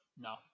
No